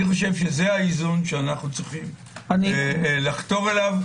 זה האיזון שאנו צריכים לחתור אליו,